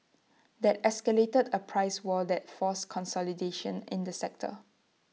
that escalated A price war that's forced consolidation in the sector